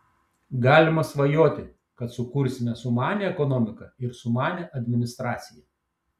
galima svajoti kad sukursime sumanią ekonomiką ir sumanią administraciją